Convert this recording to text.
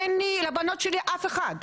אין לבנות שלי אף אחד.